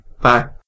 Bye